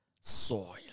Soil